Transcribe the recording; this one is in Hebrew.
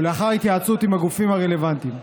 ולאחר התייעצויות עם הגופים הרלוונטיים.